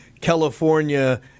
california